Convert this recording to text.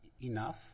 enough